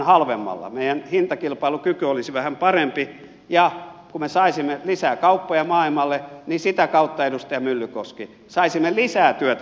meidän hintakilpailukyky olisi vähän parempi ja kun me saisimme lisää kauppoja maailmalle niin sitä kautta edustaja myllykoski saisimme lisää työtä suomeen